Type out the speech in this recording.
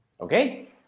Okay